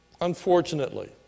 unfortunately